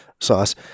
sauce